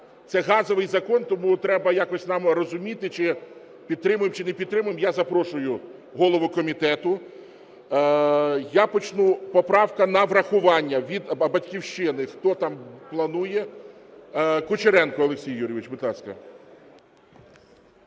це газовий закон, тому треба якось нам розуміти чи підтримуємо, чи не підтримуємо. Я запрошую голову комітету. Я почну… Поправка на врахування від "Батьківщини". Хто там планує? Кучеренко Олексій Юрійович, будь ласка.